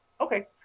okay